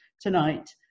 tonight